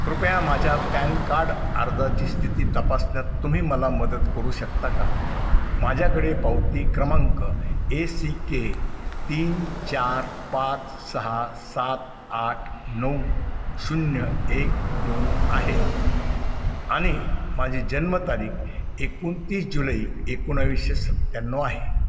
कृपया माझ्या PAN card अर्जाची स्थिती तपासण्यात तुम्ही मला मदत करू शकता का माझ्याकडे पावती क्रमांक ए सी के तीन चार पाच सहा सात आठ नऊ शून्य एक दोन आहे आणि माझी जन्मतारीख एकोणतीस जुलई एकोणविसशे सत्याण्णव आहे